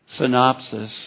synopsis